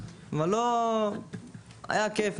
היה כיף,